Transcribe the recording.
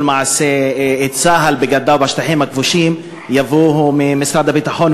מעשי צה"ל בגדה ובשטחים הכבושים יבוא ממשרד הביטחון,